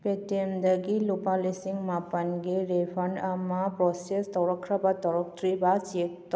ꯄꯦꯇꯦꯝꯗꯒꯤ ꯂꯨꯄꯥ ꯂꯤꯁꯤꯡ ꯃꯥꯄꯜꯒꯤ ꯔꯤꯐꯟ ꯑꯃ ꯄ꯭ꯔꯣꯁꯦꯁ ꯇꯧꯔꯛꯈ꯭ꯔꯕ ꯇꯧꯔꯛꯇ꯭ꯔꯤꯕ ꯆꯦꯛ ꯇꯧ